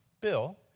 Bill